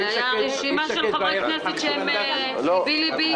הייתה רשימה של חברי כנסת שליבי-ליבי איתם.